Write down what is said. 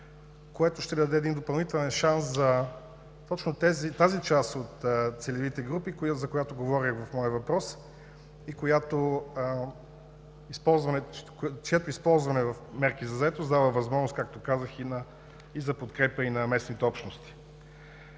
което ще даде един допълнителен шанс за точно тази част от целевите групи, за която говоря в моя въпрос и чието използване в мерки за заетост дава възможност, както казах, и за подкрепа на местните общности.